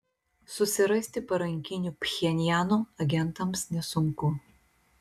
susirasti parankinių pchenjano agentams nesunku